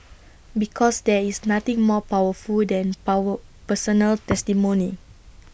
because there is nothing more powerful than power personal testimony